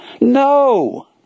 No